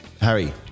Harry